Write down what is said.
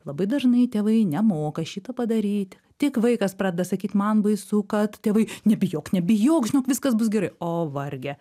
labai dažnai tėvai nemoka šito padaryt tik vaikas pradeda sakyt man baisu kad tėvai nebijok nebijok žinok viskas bus gerai o varge